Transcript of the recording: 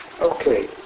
Okay